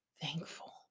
thankful